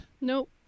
Nope